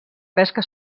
pesca